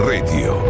Radio